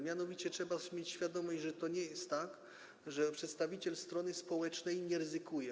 Mianowicie trzeba mieć świadomość, że to nie jest tak, że przedstawiciel strony społecznej nie ryzykuje.